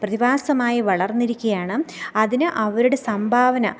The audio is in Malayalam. പ്രതിഭാസമായി വളർന്നിരിക്കുകയാണ് അതിന് അവരുടെ സംഭാവന